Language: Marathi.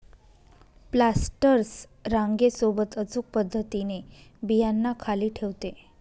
प्लांटर्स रांगे सोबत अचूक पद्धतीने बियांना खाली ठेवते